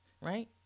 right